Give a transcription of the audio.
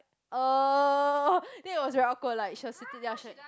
uh then it was very awkward like she was sitting down she like